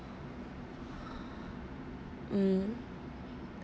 mm